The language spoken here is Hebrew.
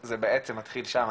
זה בעצם מתחיל שם.